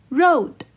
road